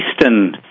Eastern